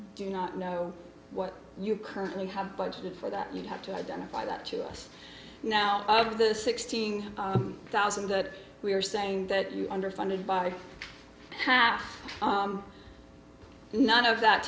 do not know what you currently have budgeted for that you have to identify that to us now out of the sixteen thousand that we are saying that you underfunded by half none of that